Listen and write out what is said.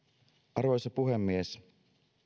arvoisa puhemies